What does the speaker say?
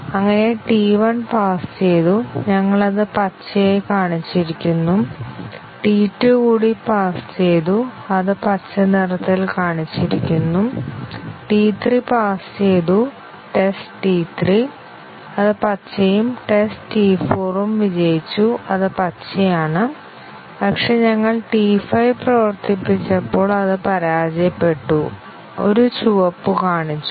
അങ്ങനെ T1 pass ചെയ്തു ഞങ്ങൾ അത് പച്ചയായി കാണിച്ചിരിക്കുന്നു T2 കൂടി പാസ് ചെയ്തു അത് പച്ച നിറത്തിൽ കാണിച്ചിരിക്കുന്നു T3 പാസ് ചെയ്തു ടെസ്റ്റ് T3 അത് പച്ചയും ടെസ്റ്റ് T4 ഉം വിജയിച്ചു അത് പച്ചയാണ് പക്ഷേ ഞങ്ങൾ T5 പ്രവർത്തിപ്പിച്ചപ്പോൾ അത് പരാജയപ്പെട്ടു ഒരു ചുവപ്പ് കാണിച്ചു